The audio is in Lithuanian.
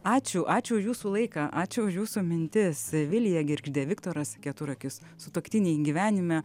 ačiū ačiū už jūsų laiką ačiū už jūsų mintis vilija girgždė viktoras keturakis sutuoktiniai gyvenime